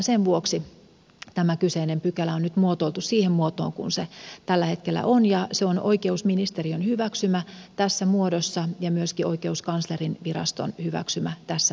sen vuoksi tämä kyseinen pykälä on nyt muotoiltu siihen muotoon kuin se tällä hetkellä on ja se on oikeusministeriön hyväksymä tässä muodossa ja myöskin oikeuskanslerinviraston hyväksymä tässä muodossa